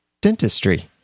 dentistry